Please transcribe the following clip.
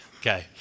Okay